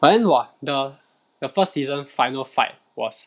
but then !wah! the the first season final fight was